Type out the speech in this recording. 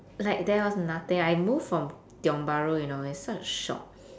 like there was nothing I moved from tiong bahru you know it's such a shock